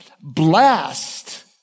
Blessed